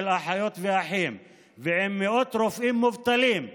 של אחיות ואחים ועם מאות רופאים מובטלים,